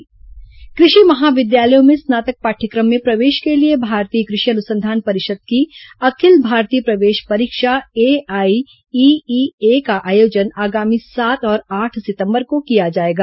कृषि महाविद्यालय प्रवेश परीक्षा कृषि महाविद्यालयों में स्नातक पाठ्यक्रम में प्रवेश के लिए भारतीय कृषि अनुसंधान परिषद की अखिल भारतीय प्रवेश परीक्षा एआईईईए का आयोजन आगामी सात और आठ सितंबर को किया जाएगा